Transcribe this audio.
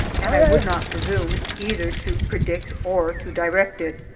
and i would not presume either to predict or to direct it,